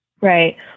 Right